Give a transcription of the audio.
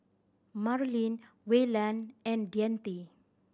Marilynn Wayland and Deante